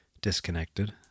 disconnected